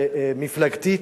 מפלגתית,